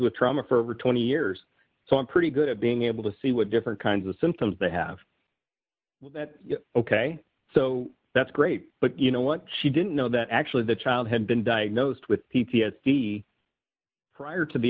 with trauma for over twenty years so i'm pretty good at being able to see what different kinds of symptoms they have ok so that's great but you know what she didn't know that actually the child had been diagnosed with p t s d prior to the